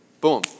Boom